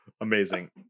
Amazing